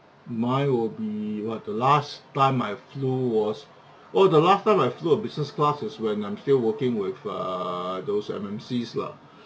mine will be what the last time I flew was oh the last time I flew a business class is when I'm still working with err those M_N_Cs lah